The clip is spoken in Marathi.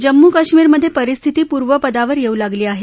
जम्मू कश्मीरमध्ये परिस्थिती पूर्वपदावर येऊ लागली आहे